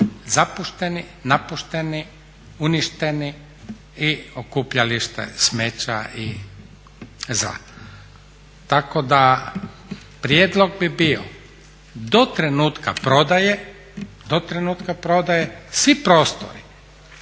Zapušteni, napušteni, uništeni i okupljalište smeća i zla. Tako da prijedlog bi bio do trenutka prodaje svi prostori